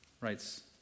writes